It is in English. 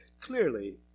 clearly